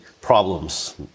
problems